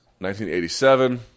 1987